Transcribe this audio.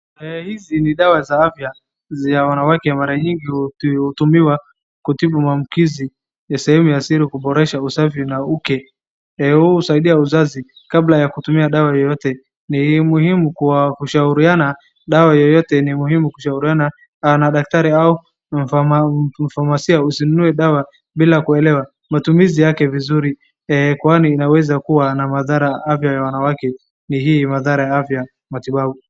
Hizi ni dawa za afya za wanawake. Mara nyingi hutumiwa kutibu maambukizi ya sehemu ya siri, kuboreshe usafi na uke, huu husaidia uzazi. Kabla ya kutumia dawa yoyote ni muhimu kushauriana na daktari au mfamasia. Usinunue dawa bila kuelewa matumizi yake vizuri, kwani inaweza kuwa na madhara ya afya ya wanawake, hii madhara ya afya matibabu.